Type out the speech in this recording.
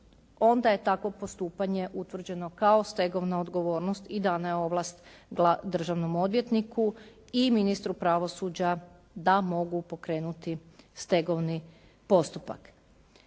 onda je takvo postupanje utvrđeno kao stegovna odgovornost i dana je ovlast državnom odvjetniku i ministru pravosuđa da mogu pokrenuti stegovni postupak.